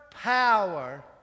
power